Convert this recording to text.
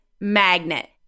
magnet